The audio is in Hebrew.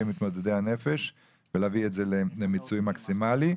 מתמודדי הנפש ולהביא את זה למיצוי מקסימלי.